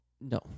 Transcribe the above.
No